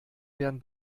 werden